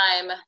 time